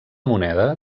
moneda